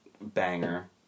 banger